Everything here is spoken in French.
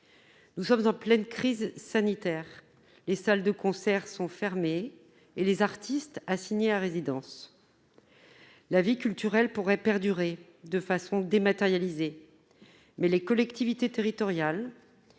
Nous sommes en pleine crise sanitaire, les salles de concerts sont fermées et les artistes assignés à résidence. La vie culturelle pourrait perdurer de façon dématérialisée, mais les collectivités territoriales